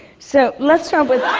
so let's start with